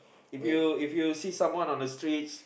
if you if you see someone on the streets